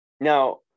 now